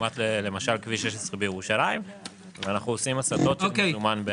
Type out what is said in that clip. למשל כביש 16 בירושלים ואנחנו עושים הסטות למזומן.